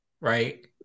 right